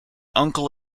uncle